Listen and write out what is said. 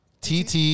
TT